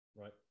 right